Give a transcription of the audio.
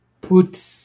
put